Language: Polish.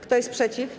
Kto jest przeciw?